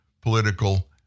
political